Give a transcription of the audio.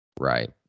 right